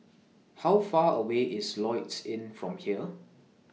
How Far away IS Lloyds Inn from here